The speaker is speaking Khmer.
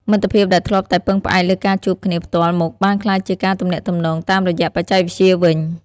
មិត្តភាពដែលធ្លាប់តែពឹងផ្អែកលើការជួបគ្នាផ្ទាល់មុខបានក្លាយជាការទំនាក់ទំនងតាមរយៈបច្ចេកវិទ្យាវិញ។